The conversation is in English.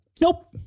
Nope